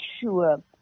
sure